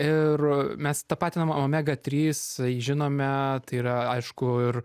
ir mes tapatinam omega trys žinome tai yra aišku ir